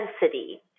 density